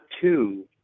two